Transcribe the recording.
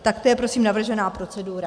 Tak to je prosím navržená procedura.